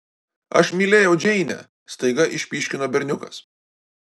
aš mylėjau džeinę staiga išpyškino berniukas